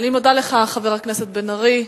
אני מודה לך, חבר הכנסת בן-ארי.